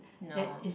no